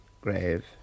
grave